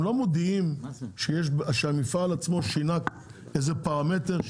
הם לא מודיעים שהמפעל עצמו שינה איזשהו פרמטר.